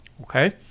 okay